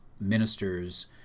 ministers